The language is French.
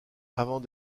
avant